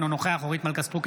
אינו נוכח אורית מלכה סטרוק,